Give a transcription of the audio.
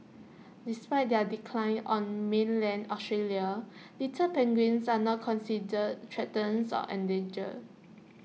despite their decline on mainland Australia little penguins are not considered threatens or endangered